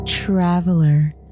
Traveler